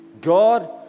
god